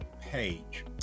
page